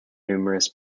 numerous